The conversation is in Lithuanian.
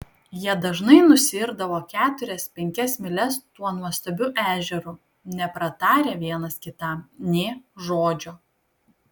jie dažnai nusiirdavo keturias penkias mylias tuo nuostabiu ežeru nepratarę vienas kitam nė žodžio